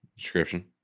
description